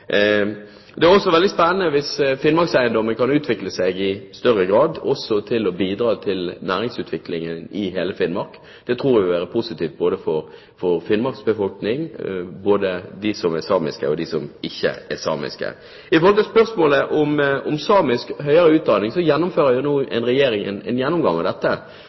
det fornuftig å ta. Det er også veldig spennende hvis Finnmarkseiendommen i større grad kan utvikle seg med tanke på å bidra til næringsutviklingen i hele Finnmark. Det tror vi vil være positivt for Finnmarks befolkning, både for dem som er samiske og for dem som ikke er samiske. Når det gjelder samisk høyere utdanning, har Regjeringen nå en gjennomgang av dette,